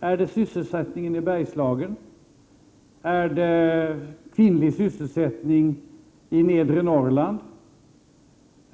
Är det sysselsättningen i Bergslagen? Är det kvinnlig sysselsättning i nedre Norrland?